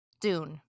Dune